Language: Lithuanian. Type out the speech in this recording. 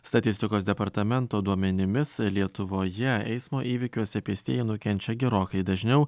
statistikos departamento duomenimis lietuvoje eismo įvykiuose pėstieji nukenčia gerokai dažniau